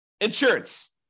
insurance